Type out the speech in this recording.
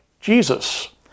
Jesus